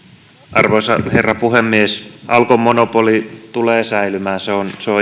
arvoisa herra puhemies alkon monopoli tulee säilymään se on se on